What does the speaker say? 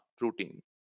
routine